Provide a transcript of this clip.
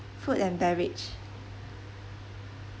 food and beverage